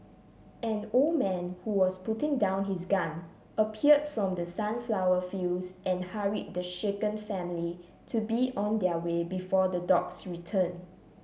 an old man who was putting down his gun appeared from the sunflower fields and hurried the shaken family to be on their way before the dogs return